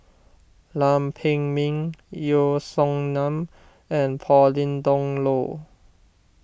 Lam Pin Min Yeo Song Nian and Pauline Dawn Loh